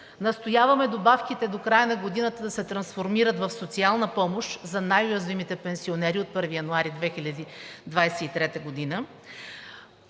Настояваме добавките до края на годината да се трансформират в социална помощ за най-уязвимите пенсионери от 1 януари 2023 г.